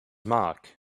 mark